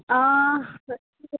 অঁ